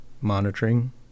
monitoring